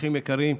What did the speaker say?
אורחים יקרים,